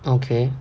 okay